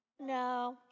No